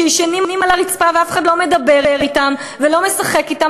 שישנים על הרצפה ואף אחד לא מדבר אתם ולא משחק אתם,